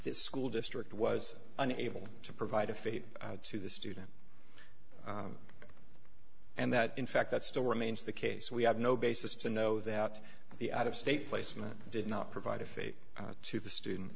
this school district was unable to provide a faith to the student and that in fact that still remains the case we have no basis to know that the out of state placement did not provide a faith to the student